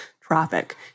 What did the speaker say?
traffic